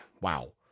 wow